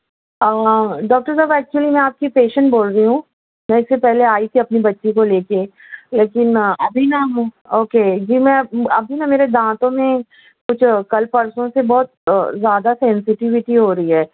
doctor صاحب actually میں آپ کی پیشینٹ بول رہی ہوں میں اِس سے پہلے آئی تھی اپنی بچی کو لے کے لیکن ابھی نہ اوکے جی میں ابھی نہ میرے دانتوں میں کچھ کل پرسوں سے بہت زیادہ سینسیٹیویٹی ہو رہی ہے